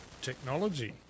technology